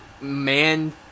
man